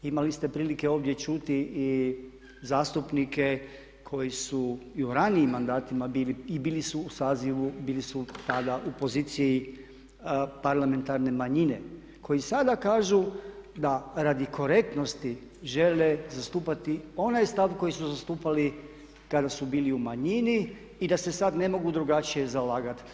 Imali ste prilike ovdje čuti i zastupnike koji su i u ranijim mandatima bili i bili su u sazivu, bili su tada u poziciji parlamentarne manjine koji sada kažu da radi korektnosti žele zastupati onaj stav koji su zastupali kada su bili u manjini i da se sad ne mogu drugačije zalagati.